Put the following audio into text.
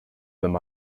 them